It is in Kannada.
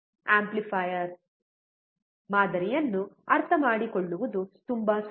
ಆಂಪ್ಲಿಫಯರ್ ಮಾದರಿಯನ್ನು ಅರ್ಥಮಾಡಿಕೊಳ್ಳುವುದು ತುಂಬಾ ಸುಲಭ